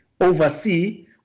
oversee